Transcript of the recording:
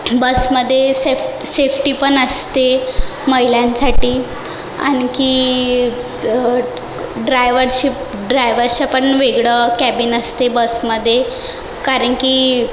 बसध्ये safe safety पण असते महिलांसाठी आणखी ड्रायवरशिप् ड्रायवरचेपण वेगळं कॅबिन असते बसमध्ये कारण की